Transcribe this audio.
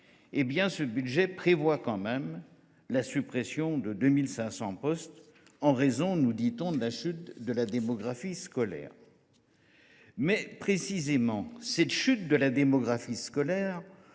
ce budget prévoit la suppression de 2 500 postes en raison, assure t on, de la chute de la démographie scolaire. Précisément, cette chute de la démographie scolaire